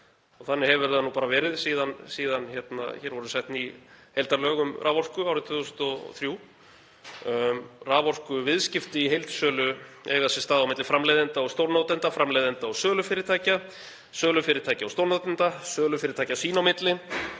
Þannig hefur það verið síðan hér voru sett ný heildarlög um raforku árið 2003. Raforkuviðskipti í heildsölu eiga sér stað á milli framleiðanda og stórnotenda, framleiðanda og sölufyrirtækja, sölufyrirtækja og stórnotenda, sölufyrirtækja sín á milli